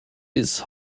bis